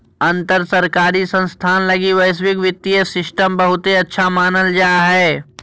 अंतर सरकारी संस्थान लगी वैश्विक वित्तीय सिस्टम बहुते अच्छा मानल जा हय